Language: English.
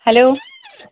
hello